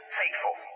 faithful